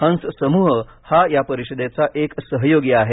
हंस समूह हा या परिषदेचा एक सहयोगी आहे